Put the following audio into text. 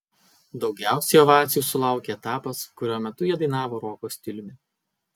daugiausiai ovacijų sulaukė etapas kurio metu jie dainavo roko stiliumi